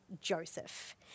Joseph